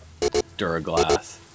duraglass